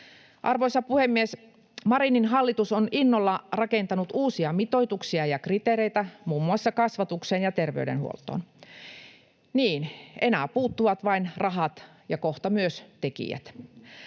Arvoisa puhemies! Marinin hallitus on innolla rakentanut uusia mitoituksia ja kriteereitä muun muassa kasvatukseen ja terveydenhuoltoon. Niin, enää puuttuvat vain rahat ja kohta myös tekijät.